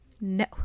No